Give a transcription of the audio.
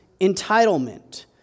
entitlement